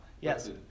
Yes